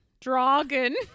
Dragon